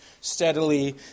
steadily